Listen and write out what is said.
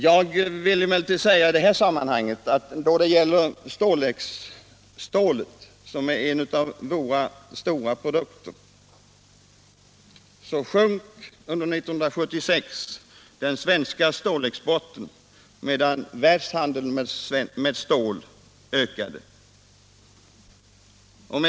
Jag vill emellertid i detta sammanhang notera att exempelvis exporten av svenskt stål, som är en av våra stora produkter, sjönk under 1976 trots att världshandeln med stål ökade.